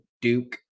Duke